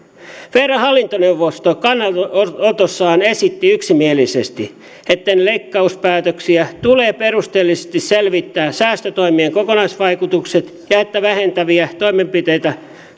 vrn hallintoneuvosto kannanotossaan esitti yksimielisesti että ennen leikkauspäätöksiä tulee perusteellisesti selvittää säästötoimien kokonaisvaikutukset ja että vähentäviä toimenpiteitä